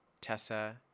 Tessa